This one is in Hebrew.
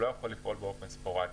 התאגיד לא יכול לפעול באופן ספורדי,